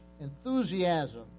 enthusiasm